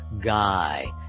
Guy